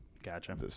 gotcha